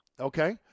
okay